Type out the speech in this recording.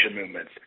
movements